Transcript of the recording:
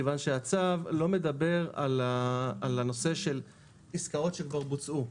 מכיוון שהצו לא מדבר על עסקאות שכבר בוצעו.